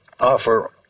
offer